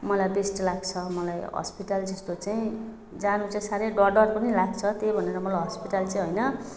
मलाई बेस्ट लाग्छ मलाई हस्पिटल जस्तो चाहिँ जानु चाहिँ साह्रै डर डर पनि लाग्छ त्यही भनेर मलाई हस्पिटल चाहिँ होइन